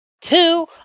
Two